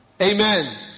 Amen